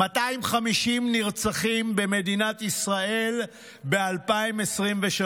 250 נרצחים במדינת ישראל נרצחים במדינת ישראל ב-2023,